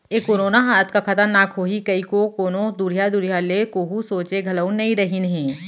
ए corona ह अतका खतरनाक होही कइको कोनों दुरिहा दुरिहा ले कोहूँ सोंचे घलौ नइ रहिन हें